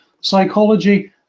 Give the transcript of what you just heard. Psychology